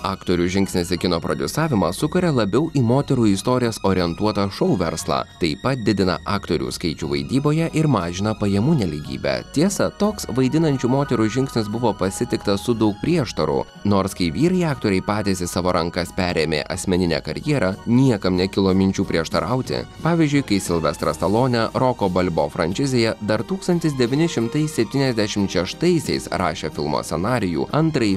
aktorių žingsnis į kino prodiusavimą sukuria labiau į moterų istorijas orientuotą šou verslą taip pat didina aktorių skaičių vaidyboje ir mažina pajamų nelygybę tiesa toks vaidinančių moterų žingsnis buvo pasitiktas su daug prieštarų nors kai vyrai aktoriai patys į savo rankas perėmė asmeninę karjerą niekam nekilo minčių prieštarauti pavyzdžiui kai silvestras stalonė roko balbo frančizėje dar tūkstantis devyni šimtai septyniasdešimt šeštaisiais rašė filmo scenarijų antrąjį